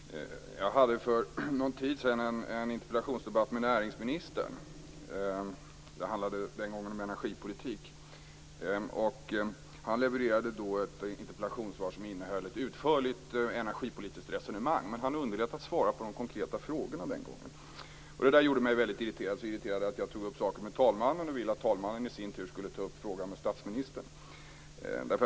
Fru talman! Jag hade för någon tid sedan en interpellationsdebatt med näringsministern. Det handlade den gången om energipolitik. Han levererade ett interpellationssvar som innehöll ett utförligt energipolitiskt resonemang, men han underlät att svara på de konkreta frågorna den gången. Det gjorde mig väldigt irriterad - så irriterad att jag tog upp saken med talmannen och ville att talmannen i sin tur skulle ta upp frågan med statsministern.